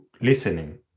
listening